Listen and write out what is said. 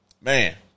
Man